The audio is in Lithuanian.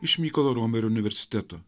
iš mykolo romerio universiteto